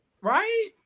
right